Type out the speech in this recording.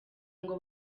ngo